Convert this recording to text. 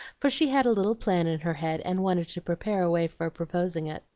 for she had a little plan in her head and wanted to prepare a way for proposing it.